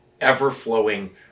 ever-flowing